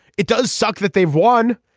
it does suck that they've won.